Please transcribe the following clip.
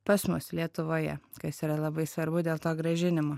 pas mus lietuvoje kas yra labai svarbu dėl to grąžinimo